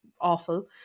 awful